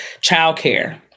childcare